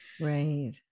Right